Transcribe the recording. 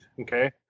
okay